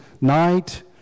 night